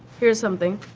here's something,